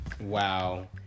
Wow